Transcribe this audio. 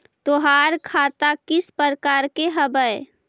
तोहार खता किस प्रकार के हवअ